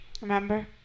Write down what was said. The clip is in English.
Remember